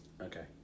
Okay